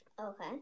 Okay